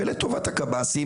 ולטובת הקב"סים,